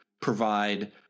provide